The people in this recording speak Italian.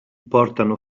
portano